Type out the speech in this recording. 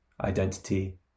identity